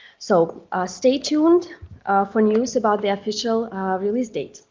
so stay tuned for news about the official release date.